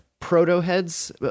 proto-heads